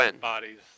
bodies